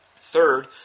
Third